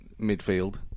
midfield